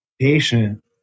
patient